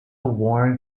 worn